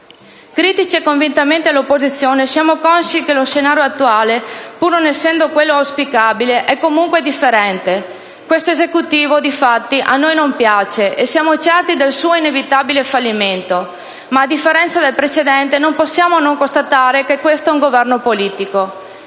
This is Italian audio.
Critici e convintamente all'opposizione, siamo consci che lo scenario attuale, pur non essendo quello auspicabile, è comunque differente. Questo Esecutivo, difatti, a noi non piace e siamo certi del suo inevitabile fallimento, ma, a differenza del precedente, non possiamo non constatare che questo è un Governo politico;